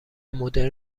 مدرن